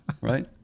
right